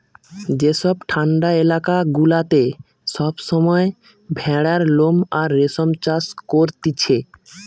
যেসব ঠান্ডা এলাকা গুলাতে সব সময় ভেড়ার লোম আর রেশম চাষ করতিছে